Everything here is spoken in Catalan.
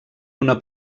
una